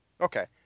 okay